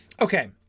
Okay